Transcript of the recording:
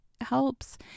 helps